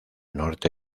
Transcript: norte